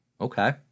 Okay